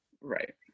Right